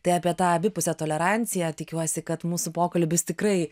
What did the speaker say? tai apie tą abipusę toleranciją tikiuosi kad mūsų pokalbis tikrai